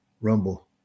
rumble